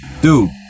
Dude